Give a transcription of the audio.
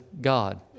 God